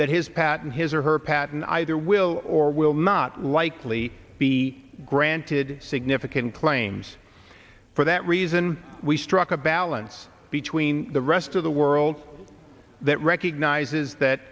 that his patent his or her patten either will or will not likely be granted significant claims for that reason we struck a balance between the rest of the world that recognizes that